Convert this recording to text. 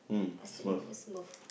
I still remember Smurf